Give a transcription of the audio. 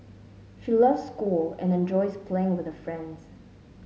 she loves school and enjoys playing with her friends